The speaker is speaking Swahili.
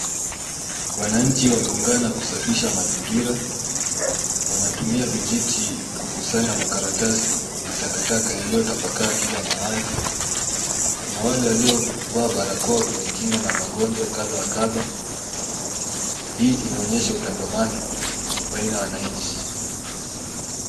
Wananchi wameungana kusafisha mazingira, wanatumia vijiti kukusanya makaratasi na takataka iliyotapakaa kila mahali, kuna wale waliovaa barakoa ili kujikinga na magonjwa kadha wa kadha. Hii inaonyesha utangamano baina ya wananchi.